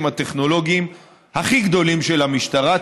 הטכנולוגיים הכי גדולים של המשטרה.